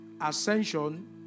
ascension